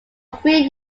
three